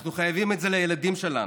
אנחנו חייבים את זה לילדים שלנו.